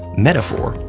metaphor,